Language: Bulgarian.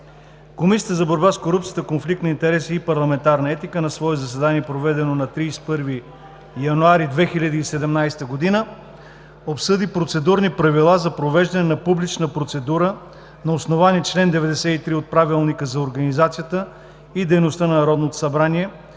Комисията за борба с корупцията, конфликт на интереси и парламентарна етика на свое заседание, проведено на 31 януари 2018 г., обсъди Процедурни правила за провеждане на публична процедура на основание чл. 93 от Правилника за организацията и дейността на Народното събрание